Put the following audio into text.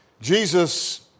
Jesus